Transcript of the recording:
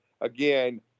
again